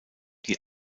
die